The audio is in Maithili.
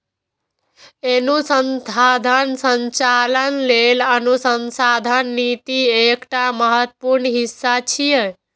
अनुसंधानक संचालन लेल अनुसंधान निधि एकटा महत्वपूर्ण हिस्सा छियै